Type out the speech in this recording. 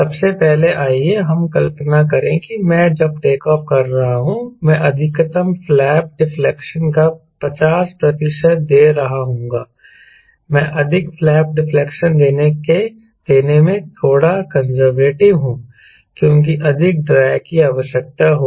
सबसे पहले आइए हम कल्पना करें कि मैं जब टेक ऑफ कर रहा हूं मैं अधिकतम फ्लैप डिफलेक्शन का 50 प्रतिशत दे रहा हूंगा मैं अधिक फ्लैप डिफलेक्शन देने में थोड़ा कंजरवेटिव हूं क्योंकि अधिक ड्रैग की आवश्यकता होगी